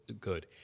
good